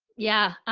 yeah. ah,